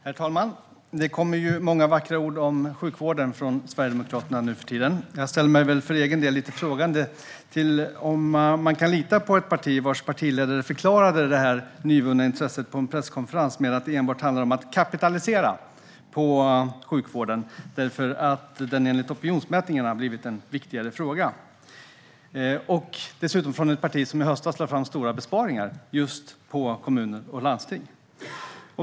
Herr talman! Det kommer många vackra ord om sjukvården från Sverigedemokraterna nu för tiden. Jag ställer mig för egen del lite frågande till om man kan lita på ett parti vars partiledare på en presskonferens förklarade det här nyvunna intresset med att det enbart handlar om att kapitalisera på sjukvården därför att den enligt opinionsmätningarna blivit en viktigare fråga. Det är dessutom ett parti som i höstas lade fram stora besparingar på kommuner och landsting.